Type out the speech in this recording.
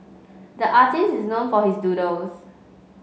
the artist is known for his doodles